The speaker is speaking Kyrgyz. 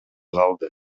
калды